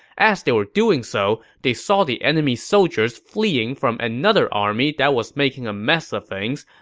as they were doing so, they saw the enemy soldiers fleeing from another army that was making a mess of things,